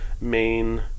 main